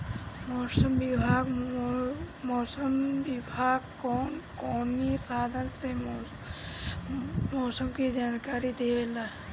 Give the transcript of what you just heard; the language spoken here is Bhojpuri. मौसम विभाग कौन कौने साधन से मोसम के जानकारी देवेला?